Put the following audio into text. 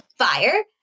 Fire